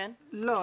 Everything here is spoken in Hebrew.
לא,